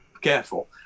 careful